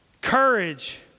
courage